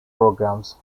programs